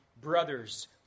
brothers